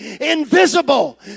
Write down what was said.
invisible